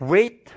Wait